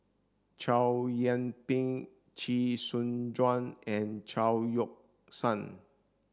Chow Yian Ping Chee Soon Juan and Chao Yoke San